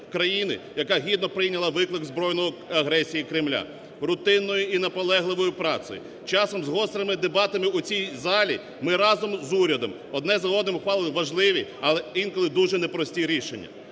яка гідна прийняла виклик збройної агресії Кремля. Рутинною і наполегливою працею, часом з гострими дебатами у цій залі ми разом з урядом одне за одним ухвалили важливі, але інколи дуже непрості рішення.